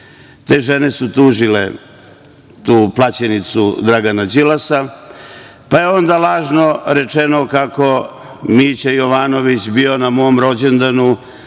Te žene su tužile tu plaćenicu Dragana Đilasa, pa je onda lažno rečeno kako je Mića Jovanović bio na mom rođendanu